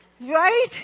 right